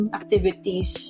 activities